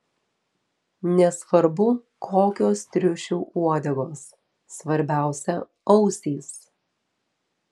nesvarbu kokios triušių uodegos svarbiausia ausys